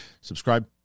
subscribe